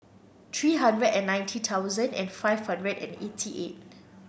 three hundred and ninety thousand and five hundred and eighty eight